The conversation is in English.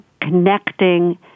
connecting